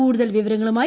കൂടുതൽ വിവരങ്ങളുമായി വി